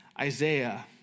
Isaiah